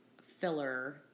filler